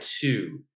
two